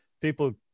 people